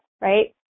right